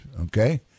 Okay